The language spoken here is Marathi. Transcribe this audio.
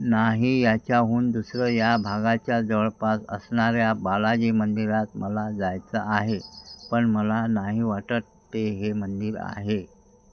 नाही याच्याहून दुसरं या भागाच्या जवळपास असणाऱ्या बालाजी मंदिरात मला जायचं आहे पण मला नाही वाटत ते हे मंदिर आहे